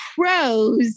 pros